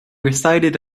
recited